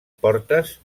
portes